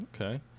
Okay